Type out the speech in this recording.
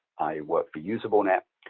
i work for usablenet.